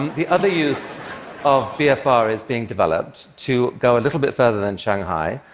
the other use of bfr is being developed to go a little bit further than shanghai.